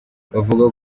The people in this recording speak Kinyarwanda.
bavuga